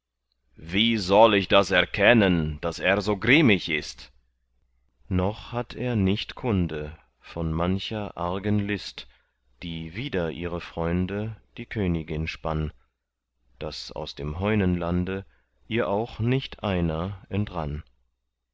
wie soll ich das erkennen daß er so grimmig ist noch hatt er nicht kunde von mancher argen list die wider ihre freunde die königin spann daß aus dem heunenlande ihr auch nicht einer